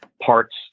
parts